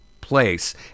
place